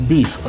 Beef